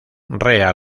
rea